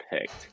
picked